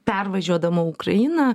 pervažiuodama ukrainą